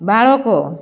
બાળકો